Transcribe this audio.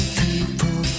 people